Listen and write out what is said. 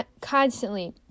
constantly